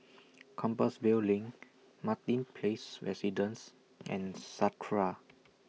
Compassvale LINK Martin Place Residences and Sakura